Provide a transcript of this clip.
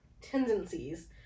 tendencies